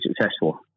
successful